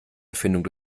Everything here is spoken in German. erfindung